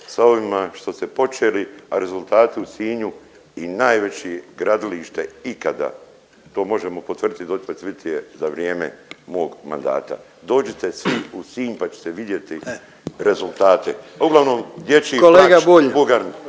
sa ovime što ste počeli, a rezultati u Sinju i najveće gradilište ikada. To možemo potvrditi, dođite pa ćete vidjeti za vrijeme mog mandata. Dođite svi u Sinj pa ćete vidjeti rezultate. Uglavnom dječji plać …